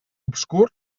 obscur